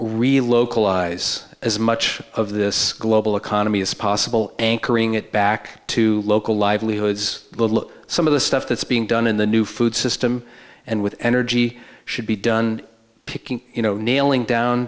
really localize as much of this global economy as possible anchoring it back to local livelihoods look some of the stuff that's being done in the new food system and with energy should be done picking you know nailing down